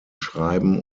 schreiben